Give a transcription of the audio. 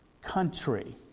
country